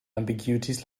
ambiguities